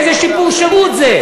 איזה שיפור שירות זה?